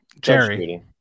Jerry